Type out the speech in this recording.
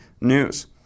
News